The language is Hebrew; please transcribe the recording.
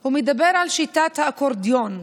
הוא מדבר על שיטת האקורדיון,